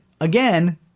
again